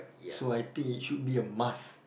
so I think it should be a must